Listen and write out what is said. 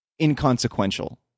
inconsequential